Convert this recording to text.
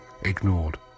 ignored